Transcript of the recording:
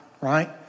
right